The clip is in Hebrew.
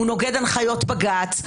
הוא נוגד את הנחיות בג"ץ,